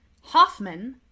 Hoffman